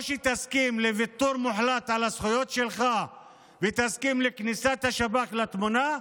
או שתסכים לוויתור מוחלט על הזכויות שלך ותסכים לכניסת השב"כ לתמונה,